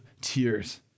tears